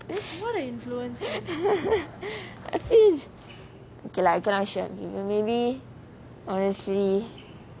I feel okay lah I cannot share with you maybe honestly